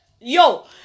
yo